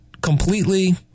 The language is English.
completely